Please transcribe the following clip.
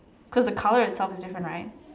cause the colour itself is different right